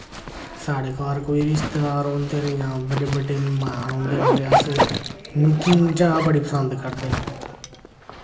साढ़े घर कोई रिश्तेदार औंदे न जां बड्डे बड्डे मैह्मान औंदे न ते अस नमकीन चाह् बड़ी पसंद करदे न